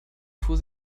fuhr